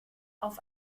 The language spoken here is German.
auf